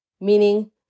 meaning